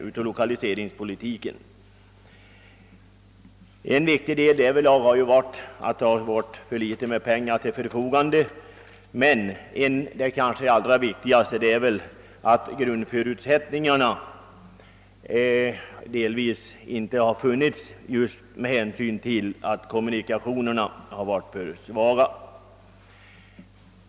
En viktig omständighet har därvidlag varit att det har stått för litet pengar till förfogande, men den kanske allra viktigaste är att grundförutsättningarna delvis har saknats just på grund av att kommunikationerna har varit för svaga.